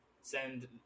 send